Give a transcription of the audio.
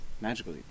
Magically